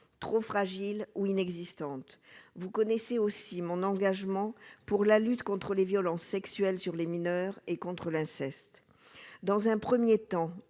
trop fragile ou inexistante, vous connaissez aussi mon engagement pour la lutte contre les violences sexuelles sur les mineurs et contre l'inceste dans un 1er temps